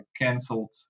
cancelled